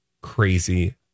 crazy